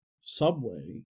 Subway